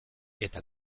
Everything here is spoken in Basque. eta